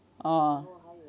ah